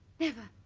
never.